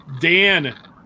Dan